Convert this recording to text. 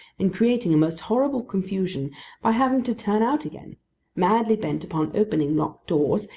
and creating a most horrible confusion by having to turn out again madly bent upon opening locked doors,